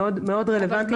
מאוד רלוונטי.